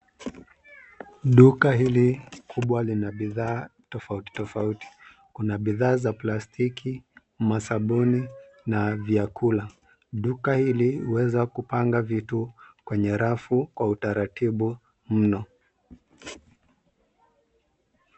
Duka hili kubwa lina bidhaa tofauti tofauti. Kuna bidhaa za plastiki, masabuni na vyakula. Duka hili huweza kupanga vitu kwenye rafu kwa utaratibu mno.